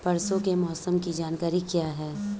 परसों के मौसम की जानकारी क्या है?